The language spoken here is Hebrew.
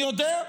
אני יודע.